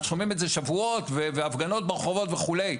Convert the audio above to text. אנחנו שומעים את זה שבועות ויש הפגנות ברחובות וכולי.